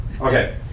Okay